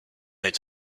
its